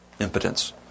impotence